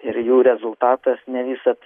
ir jų rezultatas ne visad